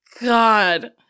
God